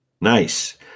Nice